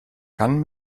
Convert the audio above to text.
kann